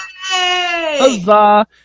Huzzah